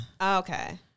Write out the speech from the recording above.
Okay